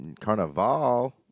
Carnival